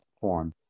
form